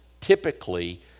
typically